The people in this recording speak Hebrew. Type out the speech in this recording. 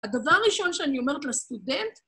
הדבר הראשון שאני אומרת לסטודנט